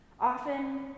Often